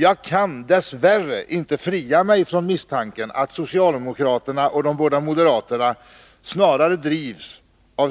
Jag kan dess värre inte frigöra mig från misstanken att socialdemokraterna och de båda moderaterna snarare drivs av